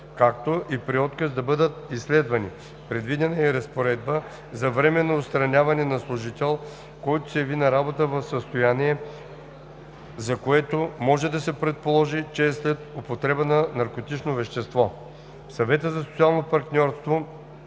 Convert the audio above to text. както и при отказ да бъдат изследвани. Предвидена е и разпоредба за временно отстраняване на служител, който се яви на работа в състояние, за което може да се предположи, че е след употреба на наркотично вещество.